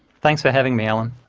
thanks for having me, alan.